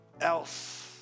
else